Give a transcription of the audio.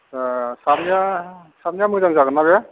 ए सालनिया सालनिया मोजां जागोन ना बे